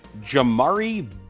jamari